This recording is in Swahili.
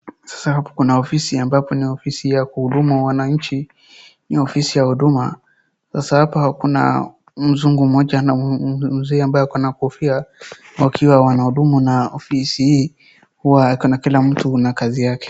Sasa hapo kuna ofisi ambapo ni ofisi ya kuhudumu wananchi, ni ofisi ya huduma. Sasa hapa kuna mzungu mmoja na mzee ambaye ako na kofia wakiwa wanahudumu na ofisi hii huwa kana kila mtu na kazi yake.